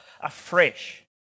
afresh